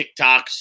TikToks